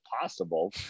possible